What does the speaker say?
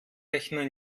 rechner